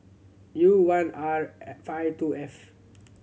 U one R five two F